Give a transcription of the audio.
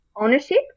ownership